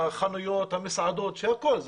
החנויות, המסעדות וכולי.